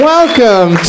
Welcome